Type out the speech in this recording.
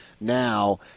now